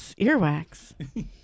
earwax